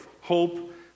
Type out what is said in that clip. hope